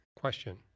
Question